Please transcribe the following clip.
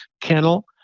kennel